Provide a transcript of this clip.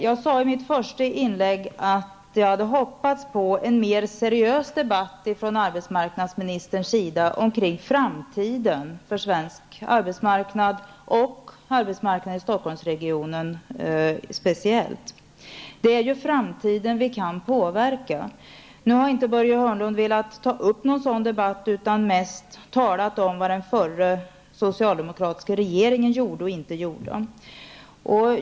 Jag sade i mitt första inlägg att jag hade hoppats på en mer seriös debatt från arbetsmarknadsministerns sida omkring framtiden för svensk arbetsmarknad och speciellt arbetsmarknaden i Stockholmsregionen. Det är ju framtiden vi kan påverka. Nu har Börje Hörnlund inte velat ta upp någon sådan debatt utan mest talat om vad den förra socialdemokratiska regeringen gjorde och inte gjorde.